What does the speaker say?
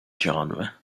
genre